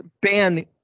ban